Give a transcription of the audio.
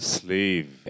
slave